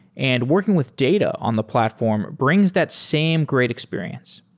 and working with data on the platform brings that same great experience.